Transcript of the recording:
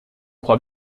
crois